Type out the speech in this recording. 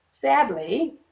sadly